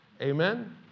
Amen